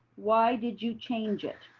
why did you change it?